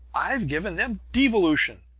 i've given them devolution.